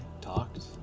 talked